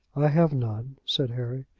i have none, said harry.